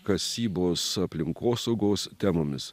kasybos aplinkosaugos temomis